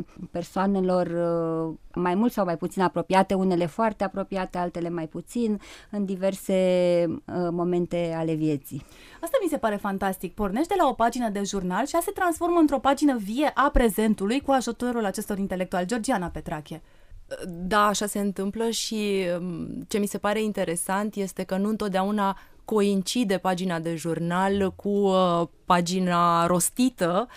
persoanelor, uh, mai mult sau mai puțin apropiate, unele foarte apropiate, altele mai puțin, în diverse, uh, momente ale vieții. Asta mi se pare fantastic. Pornește la o pagină de jurnal și ea se transformă într-o pagină vie a prezentului cu ajutorul acestor intelectuali. Georgiana Petrache. Da, așa se întâmplă și, um, ce mi se pare interesant este că nu întotdeauna coincide pagina de jurnal cu, uh, pagina rostită,